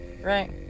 Right